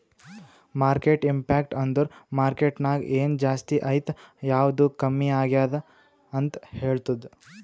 market impact ಅಂದುರ್ market ನಾಗ್ ಎನ್ ಜಾಸ್ತಿ ಆಯ್ತ್ ಯಾವ್ದು ಕಮ್ಮಿ ಆಗ್ಯಾದ್ ಅಂತ್ ಹೇಳ್ತುದ್